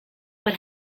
what